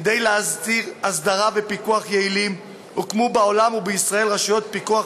כדי להסדיר אסדרה ופיקוח יעילים הוקמו בעולם ובישראל רשויות פיקוח